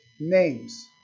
names